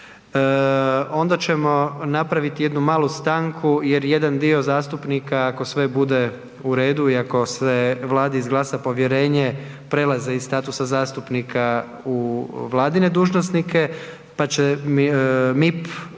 onda ćemo napraviti jednu malu stanku jer jedan dio zastupnika, ako sve bude u redu i ako se vladi izglasa povjerenje, prelaze iz statusa zastupnika u vladine dužnosnike, pa će MIP,